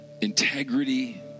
integrity